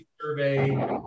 survey